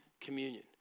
Communion